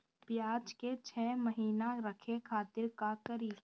प्याज के छह महीना रखे खातिर का करी?